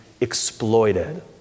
exploited